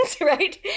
right